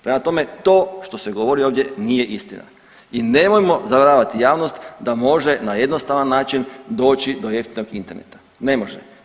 Prema tome, to što se govori ovdje nije istina i nemojmo zavaravati javnost da može na jednostavan način doći do jeftinog interneta, ne može.